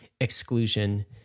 exclusion